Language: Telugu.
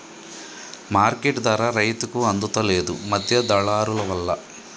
మార్కెట్ ధర రైతుకు అందుత లేదు, మధ్య దళారులవల్ల